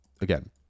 again